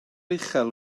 uchel